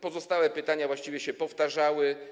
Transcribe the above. Pozostałe pytania właściwie się powtarzały.